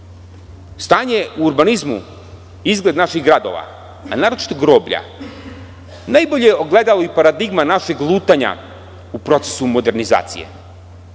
u urbanizmu, izgled naših gradova, a naročito groblja, najbolje ogledalo i paradigma našeg lutanja u procesu modernizacije.